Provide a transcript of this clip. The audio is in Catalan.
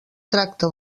tracta